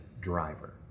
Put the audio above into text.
driver